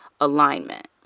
alignment